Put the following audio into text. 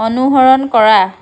অনুসৰণ কৰা